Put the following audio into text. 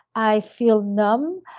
i feel numb,